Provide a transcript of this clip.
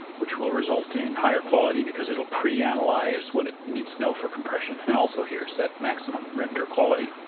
which will result in higher quality because it will pre-analyze what it needs to know for compression and also here set maximum render quality.